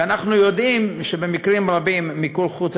ואנחנו יודעים שהרבה פעמים מיקור חוץ,